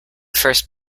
first